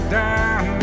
down